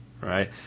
right